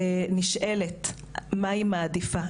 נשאלת מה היא מעדיפה,